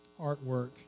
artwork